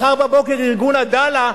מחר בבוקר ארגון "עדאלה"